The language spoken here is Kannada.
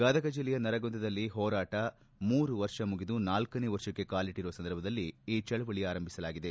ಗದಗ ಜಿಲ್ಲೆಯ ನರಗುಂದದಲ್ಲಿ ಹೋರಾಟ ಮೂರು ವರ್ಷ ಮುಗಿದು ನಾಲ್ಕನೇ ವರ್ಷಕ್ಕೆ ಕಾಲಿಟ್ಟರುವ ಸಂದರ್ಭದಲ್ಲಿ ಈ ಚಳವಳಿ ಆರಂಭಿಸಲಾಗಿದೆ